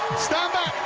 stand